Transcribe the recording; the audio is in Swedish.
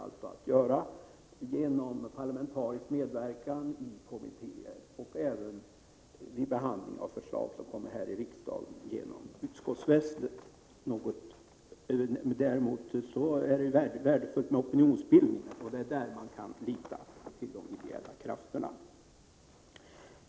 De kan genomföras under parlamentarisk medverkan, i kommittéer och även vid behandling av förslag som framförs här i riksdagen genom utskottsväsendet. Däremot är det värdefullt med opinionsbildning, och i det avseendet kan man lita till de ideella krafterna.